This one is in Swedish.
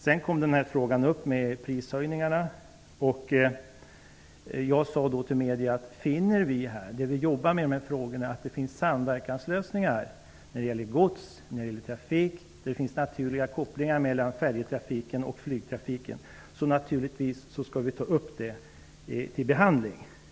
Sedan kom denna fråga upp med prishöjningarna. Jag sade då till medierna att finner vi, när vi jobbar med dessa frågor, att det finns samverkanslösningar när det gäller trafiken och naturliga kopplingar mellan färjetrafiken och flygtrafiken, skall vi naturligtvis ta upp dessa till behandling.